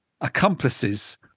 accomplices